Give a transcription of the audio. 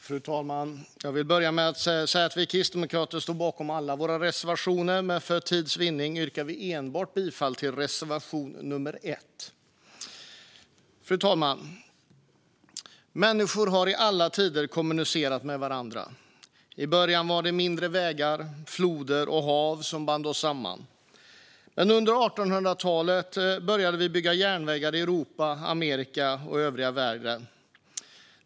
Fru talman! Jag vill börja med att säga att vi kristdemokrater står bakom alla våra reservationer, men för tids vinning yrkar vi bifall till enbart reservation 1. Fru talman! Människor har i alla tider kommunicerat med varandra. I början var det mindre vägar, floder och hav som band oss samman. Men under 1800-talet började vi bygga järnvägar i Europa, Amerika och övriga världen.